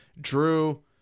Drew